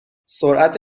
سرعت